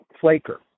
flaker